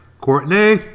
Courtney